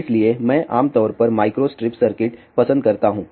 इसलिए मैं आम तौर पर माइक्रोस्ट्रिप सर्किट पसंद करता हूं